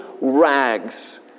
rags